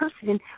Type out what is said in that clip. person